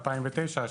2009,